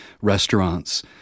restaurants